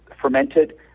fermented